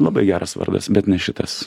labai geras vardas bet ne šitas